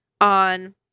on